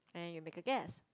and you make a guess